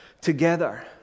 together